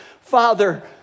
Father